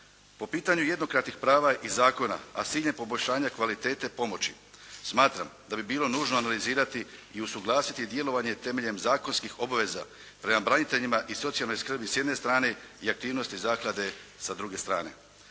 Po pitanju jednokratnih prava i zakona, a s ciljem poboljšanja kvalitete pomoći smatram da bi bilo nužno analizirati i usuglasiti djelovanje temeljem zakonskih obveza prema braniteljima i socijalnoj skrbi s jedne strane i aktivnosti zaklade sa druge strane.